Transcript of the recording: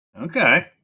okay